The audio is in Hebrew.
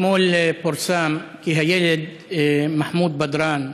אתמול פורסם כי הילד מחמוד בדראן,